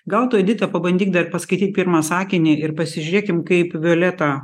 gal tu edita pabandyk dar paskaityt pirmą sakinį ir pasižiūrėkim kaip violeta